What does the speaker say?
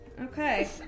Okay